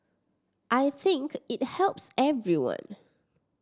I think it helps everyone